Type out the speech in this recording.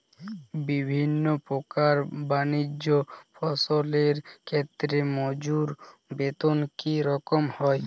বিভিন্ন প্রকার বানিজ্য ফসলের ক্ষেত্রে মজুর বেতন কী রকম হয়?